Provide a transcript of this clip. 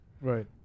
right